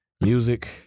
music